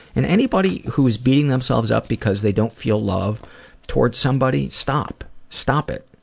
and anybody who's beating themselves up because they don't feel love towards somebody stop! stop it!